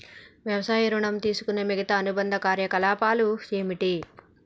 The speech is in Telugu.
వ్యవసాయ ఋణం తీసుకునే మిగితా అనుబంధ కార్యకలాపాలు ఏమిటి?